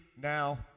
now